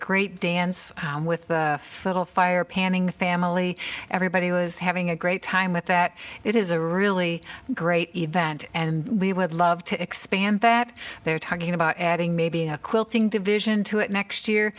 great dance with fiddle fire panning the family everybody was having a great time with that it is a really great event and we would love to expand that they're talking about adding maybe a quilting division to it next year